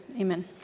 amen